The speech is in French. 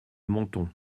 menton